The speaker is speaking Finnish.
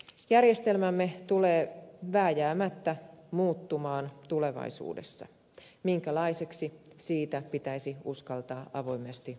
järjestelmämme tulee vääjäämättä muuttumaan tulevaisuudessa minkälaiseksi siitä pitäisi uskaltaa avoimesti puhua